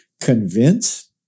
convince